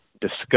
discuss